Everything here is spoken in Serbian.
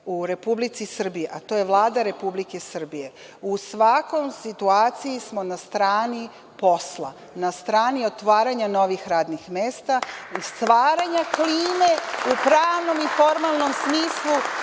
u Republici Srbiji, a to je Vlada Republike Srbije, u svakoj situaciji smo na strani posla, na strani otvaranja novih radnih mesta i stvaranja klime u pravnom i formalnom smislu